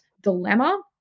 dilemma